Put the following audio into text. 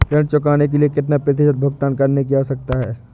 ऋण चुकाने के लिए कितना प्रतिशत भुगतान करने की आवश्यकता है?